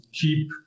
keep